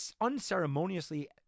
unceremoniously